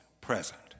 present